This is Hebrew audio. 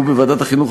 ובוועדת החינוך,